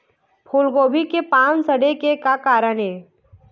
फूलगोभी के पान सड़े के का कारण ये?